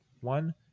one